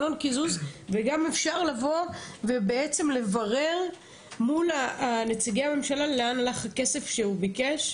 וגם אפשר לבוא ולברר מול נציגי הממשלה לאן הלך הכסף שהוא ביקש.